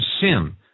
sin